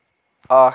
اکھ